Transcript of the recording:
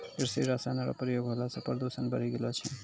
कृषि रसायन रो प्रयोग होला से प्रदूषण बढ़ी गेलो छै